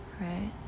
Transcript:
Right